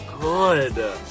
good